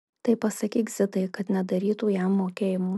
tai pasakyk zitai kad nedarytų jam mokėjimų